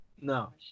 No